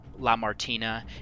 Lamartina